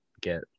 get